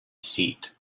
seat